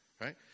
right